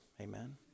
amen